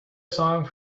song